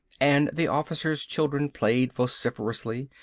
and the officers' children played vociferously,